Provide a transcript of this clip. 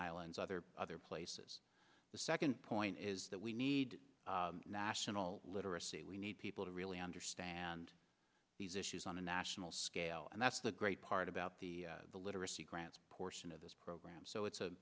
islands other other places the second point is that we need national literacy we need people to really understand these issues on a national scale and that's the great part about the the literacy grant portion of this program so it's